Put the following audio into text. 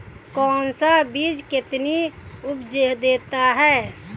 कौन सा बीज कितनी उपज देता है?